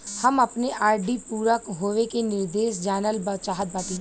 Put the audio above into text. हम अपने आर.डी पूरा होवे के निर्देश जानल चाहत बाटी